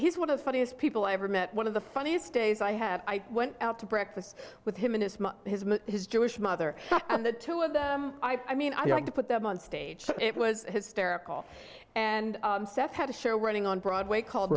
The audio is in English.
he's one of the funniest people i ever met one of the funniest days i have i went out to breakfast with him and his jewish mother and the two of them i mean i'd like to put them on stage it was hysterical and had a show running on broadway called